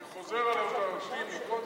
אני חוזר על הצהרתי מקודם,